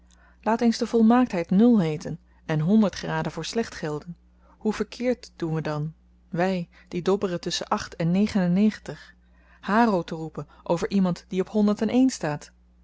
laat eens de volmaaktheid nul heeten en honderd graden voor slecht gelden hoe verkeerd doen we dan wy die dobberen tusschen acht en negen en negentig haro te roepen over iemand die op honderd en één staat